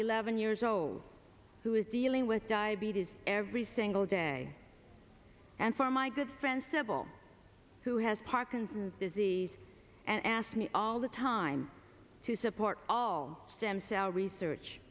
eleven years old who is dealing with diabetes every single day and for my good friend sibyl who has parkinson's disease and asked me all the time to support all stem cell research